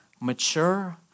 mature